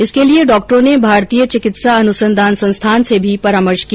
इसके लिए डॉक्टरों ने भारतीय चिकित्सा अनुसंधान संस्थान से भी परामर्श किया